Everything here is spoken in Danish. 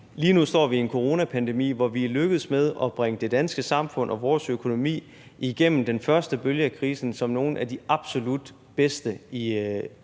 Lige nu står vi i en coronapandemi, hvor vi er lykkedes med at bringe det danske samfund og vores økonomi igennem den første bølge af krisen som nogle af de absolut bedste på europæisk